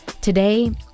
Today